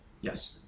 Yes